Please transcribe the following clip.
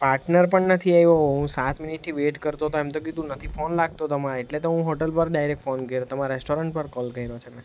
partner પણ નથી આવ્યો હું સાત મિનિટથી વેટ કરતો હતો એમ તો કીધું નથી ફોન લાગતો તમારે એટલે તો હું હોટલ પર ડાયરેક ફોન કર્યો તમારા રેસ્ટોરન્ટ પર કોલ કર્યો છે મેં